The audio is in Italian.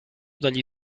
dagli